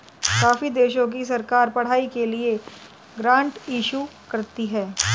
काफी देशों की सरकार पढ़ाई के लिए ग्रांट इशू करती है